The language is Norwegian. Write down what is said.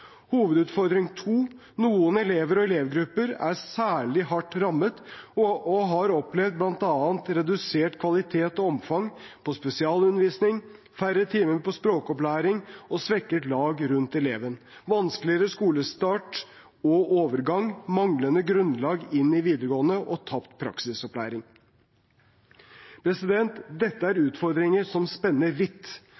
Hovedutfordring to: Noen elever og elevgrupper er særlig hardt rammet og har opplevd bl.a. redusert kvalitet og omfang på spesialundervisning, færre timer med språkopplæring og svekket lag rundt eleven, vanskeligere skolestart og overgang, manglende grunnlag inn i videregående og tapt praksisopplæring. Dette er